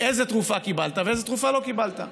איזו תרופה קיבלת ואיזו תרופה לא קיבלת,